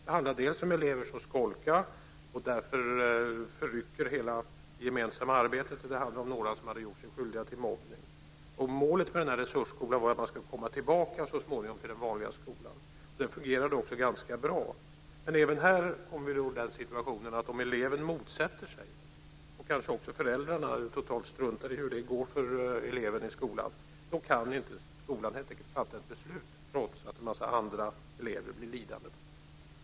Det handlade bl.a. om elever som skolkar, och som därför förrycker hela det gemensamma arbetet. Det handlade också om några som gjort sig skyldiga till mobbning. Målet med den här resursskolan var att man så småningom skulle komma tillbaka till den vanliga skolan. Den fungerade också ganska bra. Men här kommer vi i den situationen att om eleven motsätter sig detta, och föräldrarna kanske totalt struntar i hur det går för eleven i skolan, kan inte skolan helt enkelt fatta ett beslut trots att en massa andra elever blir lidande.